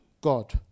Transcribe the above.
God